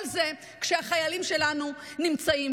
כל זה כשהחיילים שלנו נמצאים.